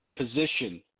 position